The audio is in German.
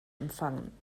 empfangen